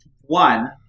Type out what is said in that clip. one